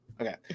Okay